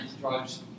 drugs